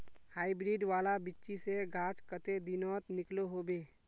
Hybrid वाला बिच्ची से गाछ कते दिनोत निकलो होबे?